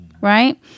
Right